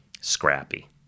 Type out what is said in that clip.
scrappy